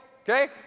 Okay